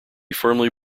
firmly